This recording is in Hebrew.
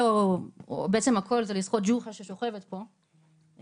הכול זה לזכות ג'וחא ששוכבת פה,